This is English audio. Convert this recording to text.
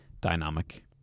dynamic